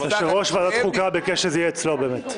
יושב-ראש ועדת החוקה ביקש שזה יהיה אצלו באמת.